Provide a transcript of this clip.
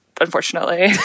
unfortunately